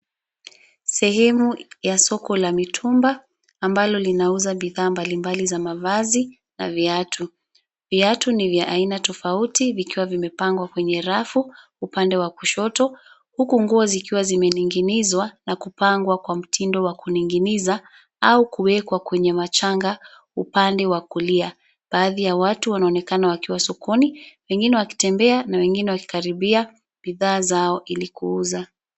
Sehemu ya soko la mitumba ambalo linauza bidhaa mbali mbali za mavazi na viatu. Viatu ni vya aina tofauti vikiwa vimepangwa kwenye rafu upande wa kushoto huku nguo zikiwa zimening'inizwa na kupangwa kwa mtindo wa kuning'iniza au kuwekwa kwenye machanga upande wa kulia. Baadhi ya watu wanaonekana wakiwa sokoni wengine wakitembea na wengine wakikaribia bidhaa zao ili kuuza.